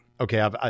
Okay